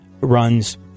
runs